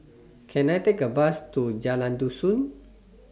Can I Take A Bus to Jalan Dusun